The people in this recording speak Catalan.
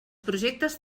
projectes